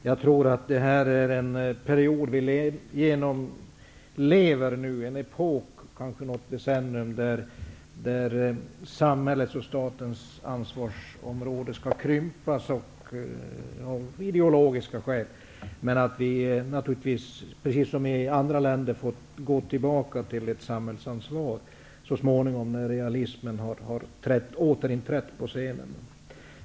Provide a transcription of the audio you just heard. Jag tror att vi nu genomlever en epok, kanske något decennium, där samhällets och statens ansvarsområde skall krympas, av ideologiska skäl, men att vi så småningom naturligtvis, precis som i andra länder, får gå tillbaka till ett samhällsansvar, när realismen har återinträtt på scenen.